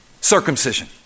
circumcision